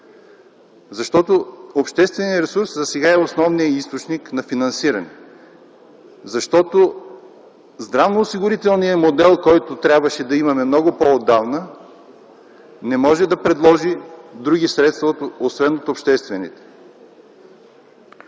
ресурс. Общественият ресурс засега е основният източник на финансиране. Здравноосигурителният модел, който трябваше да имаме много по-отдавна, не може да предложи други средства, освен от обществените.